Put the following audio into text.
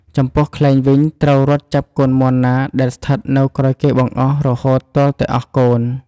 ចំពោះខ្លែងវិញត្រូវរត់ចាប់កូនមាន់ណាដែលស្ថិតនៅក្រោយគេបង្អស់រហូតទាល់តែអស់កូន។